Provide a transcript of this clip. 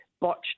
botched